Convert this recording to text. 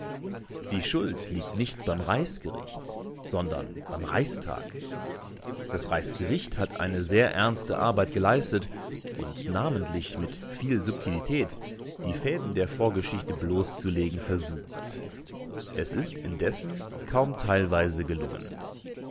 die schuld liegt nicht beim reichsgericht sondern beim reichstag das reichsgericht hat eine sehr ernste arbeit geleistet und namentlich mit viel subtilität die fäden der vorgeschichte bloßzulegen versucht es ist indessen kaum teilweise gelungen